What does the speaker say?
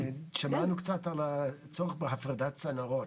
שמענו קצת על הצורך בהפרדת צנרות,